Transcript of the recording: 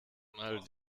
mal